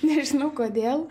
nežinau kodėl